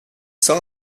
saw